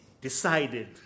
decided